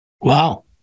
Wow